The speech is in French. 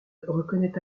reconnaît